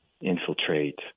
infiltrate